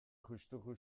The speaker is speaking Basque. juxtu